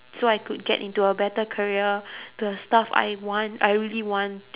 so I could get into a better career the stuff I want I really want